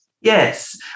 Yes